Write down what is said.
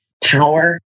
power